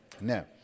Now